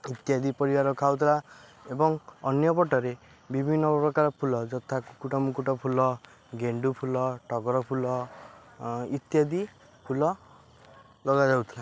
ଇତ୍ୟାଦି ପରିବା ରଖାହଉଥିଲା ଏବଂ ଅନ୍ୟ ପଟରେ ବିଭିନ୍ନ ପ୍ରକାର ଫୁଲ ଯଥା କୁକୁଟମୁକୁଟ ଫୁଲ ଗେଣ୍ଡୁ ଫୁଲ ଟଗର ଫୁଲ ଇତ୍ୟାଦି ଫୁଲ ଲଗାଯାଉଥିଲା